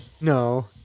No